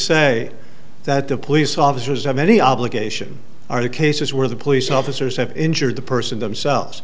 say that the police officers have any obligation are the cases where the police officers have injured the person themselves